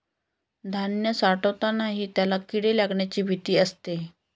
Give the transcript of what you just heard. धान्य साठवतानाही त्याला किडे लागण्याची भीती असते